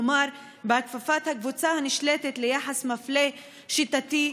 כלומר בהכפפת הקבוצה הנשלטת ליחס מפלה שיטתי,